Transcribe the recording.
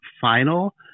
final